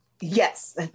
Yes